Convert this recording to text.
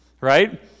right